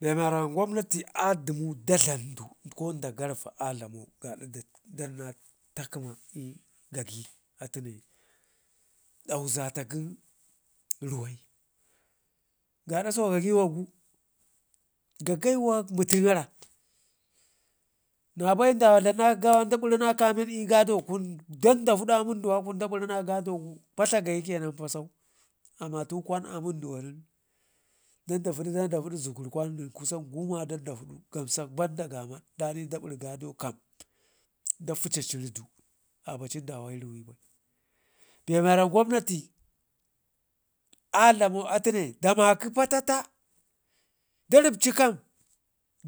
Be mewara gobnati adumuda dlamdu ko dak garve adlammau dan na takəma gagə atune dauzati gə ruwai, gada so gagəwakgu gagəwakmintin gara nabai dawa dlammakshi gawa da birrina kam i'gado kun dandafudu i'munduwakun dabirrine gad padla kayi kenan pa amatu kwana munduwa nen dandafudu dandafudu zeger kwan nen kusan guma dandafudu gamsak banda gamad danida beri gado kam da fucaciridu abacin dawa i'riwe bai be miyara gwamnati, a dlamo atune da makə pata ta da ripci kam